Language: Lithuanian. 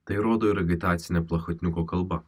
tai rodo ir agitacinė plachatniuko kalba